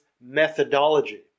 methodology